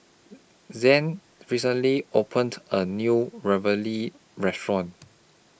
Zed recently opened A New Ravioli Restaurant